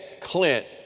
Clint